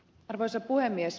arvoisa puhemies